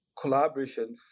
collaboration